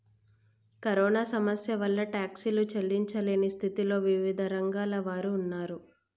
corona సమస్య వలన టాక్సీలు చెల్లించలేని స్థితిలో వివిధ రంగాల వారు ఉన్నారు